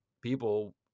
people